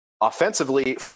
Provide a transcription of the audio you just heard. Offensively